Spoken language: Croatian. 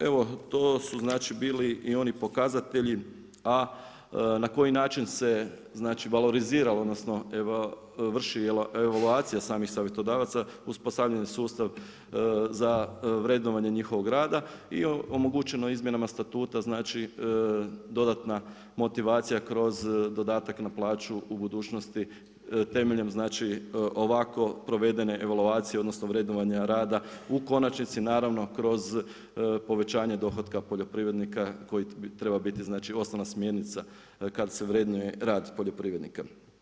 Evo to su znači bili i oni pokazatelji A na koji način se valoriziralo znači vrši evaluacija samih savjetodavaca, uspostavljen je sustav za vrednovanje njihovog rada i omogućeno je izmjenama statuta dodatna motivacija kroz dodatak na plaću u budućnosti temeljem ovako provedene evaluacije odnosno vrednovanja rada u konačnici kroz povećanje dohotka poljoprivrednika koji treba biti osnovna smjernica kada se vrednuje rad poljoprivrednika.